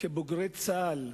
כבוגרי צה"ל,